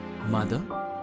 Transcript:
Mother